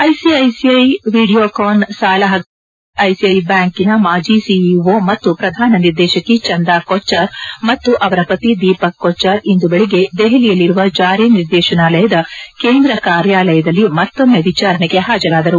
ICICI Videocon ಸಾಲ ಹಗರಣ ಸಂಬಂಧ ಐಸಿಐಸಿಐ ಬ್ಯಾಂಕಿನ ಮಾಜಿ ಸಿಇಒ ಮತ್ತು ಪ್ರಧಾನ ನಿರ್ದೇಶಕಿ ಚಂದಾ ಕೊಚ್ಚಾರ್ ಮತ್ತು ಅವರ ಪತಿ ದೀಪಕ್ ಕೊಚ್ಚಾರ್ ಇಂದು ಬೆಳಗ್ಗೆ ದೆಹಲಿಯಲ್ಲಿರುವ ಜಾರಿ ನಿರ್ದೇಶನಾಲಯದ ಕೇಂದ್ರ ಕಾರ್ಯಾಲಯದಲ್ಲಿ ಮತ್ತೊಮ್ಮೆ ವಿಚಾರಣೆಗೆ ಹಾಜರಾದರು